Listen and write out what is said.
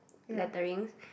lettering